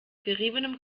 geriebenem